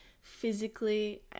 physically